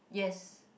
yes